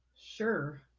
Sure